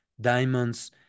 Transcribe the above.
diamonds